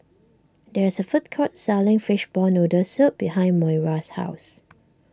there is a food court selling Fishball Noodle Soup behind Moira's house